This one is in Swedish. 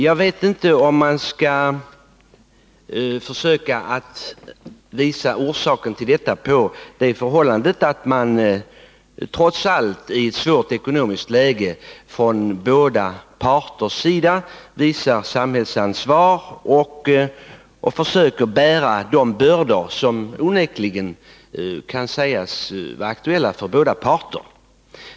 Jag vet inte om man skall försöka att beskriva orsaken härtill så att man trots allt, i ett svårt ekonomiskt läge, från båda parters sida visar samhällsansvar och försöker bära de bördor som onekligen kan sägas vara aktuella för båda parter.